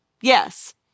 Yes